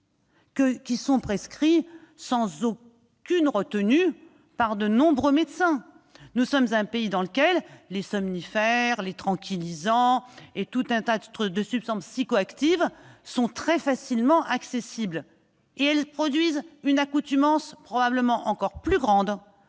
traitement prescrit sans aucune retenue par de nombreux médecins. Nous sommes un pays dans lequel les somnifères, les tranquillisants et tout un tas de substances psychoactives sont très facilement accessibles, alors qu'ils produisent une accoutumance probablement encore plus grande